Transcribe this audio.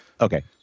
Okay